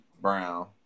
Brown